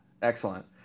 Excellent